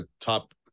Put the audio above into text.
top